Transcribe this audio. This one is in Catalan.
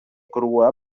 crua